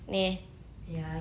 not bad